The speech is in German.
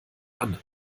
anne